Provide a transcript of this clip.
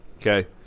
Okay